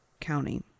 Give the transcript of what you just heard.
County